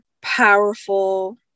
powerful